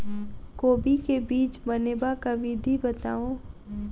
कोबी केँ बीज बनेबाक विधि बताऊ?